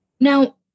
Now